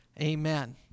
amen